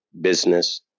business